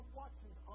watching